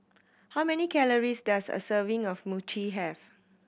how many calories does a serving of Mochi have